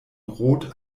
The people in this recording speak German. rot